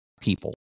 people